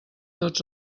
tots